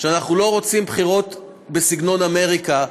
שאנחנו לא רוצים בחירות בסגנון אמריקה,